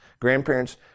grandparents